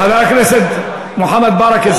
חבר הכנסת ברכה,